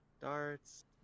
Darts